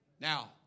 Now